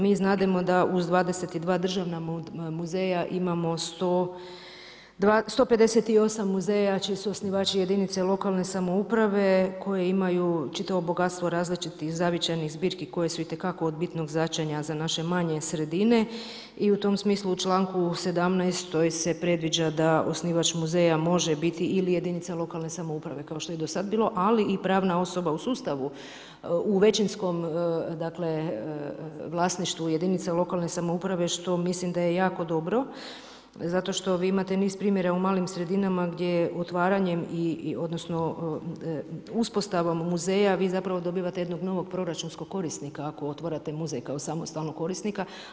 Mi znademo da uz 22 državna muzeja imamo 158 muzeja čiji su osnivači jedinice lokalne samouprave koje imaju čitavo bogatstvo različitih zavičajnih zbirki koje su itekako od bitnog značenja za naše manje sredine i u tom smislu u članku 17. se predviđa da osnivač muzeja može biti ili jedinica lokalne samouprave kao što je i do sad bilo, ali i pravna osoba u sustavu, u većinskom dakle vlasništvu jedinica lokalne samouprave, što mislim da je jako dobro zato što vi imate niz primjera u malim sredinama gdje otvaranjem, odnosno uspostavom muzeja vi dobivate jednog novog proračunskog korisnika, ako otvarate muzej kao samostalnog korisnika.